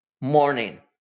morning